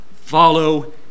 follow